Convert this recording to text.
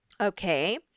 Okay